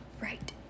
Right